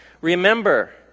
Remember